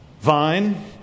Vine